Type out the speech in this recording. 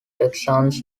texans